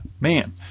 man